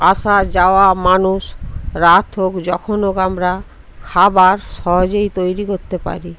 আসা যাওয়া মানুষ রাত হোক যখন হোক আমরা খাবার সহজেই তৈরি করতে পারি